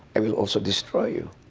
i will also destroy you.